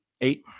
Eight